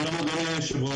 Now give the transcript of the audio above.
שלום, אדוני היושב-ראש.